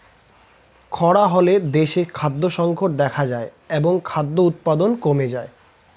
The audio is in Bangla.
খরা হলে দেশে খাদ্য সংকট দেখা যায় এবং খাদ্য উৎপাদন কমে যায়